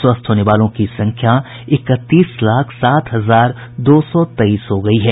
स्वस्थ होने वालों की संख्या इकतीस लाख सात हजार दो सौ तेईस हो गयी है